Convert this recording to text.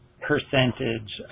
percentage